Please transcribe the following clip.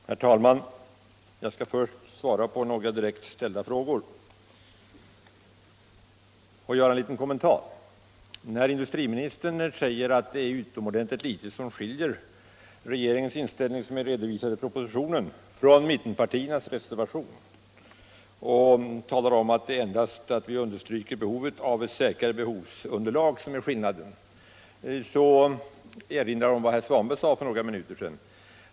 Herr talman! Jag skall först svara på några direkt ställda frågor och göra en liten kommentar. När industriministern säger att det är utomordentligt litet som skiljer regeringens inställning, som är redovisad i propositionen, från mittenpartiernas reservation och talar om att den enda avvikelsen är att vi understryker behovet av ett säkrare beslutsunderlag, vill jag erinra om vad herr Svanberg sade för några minuter sedan.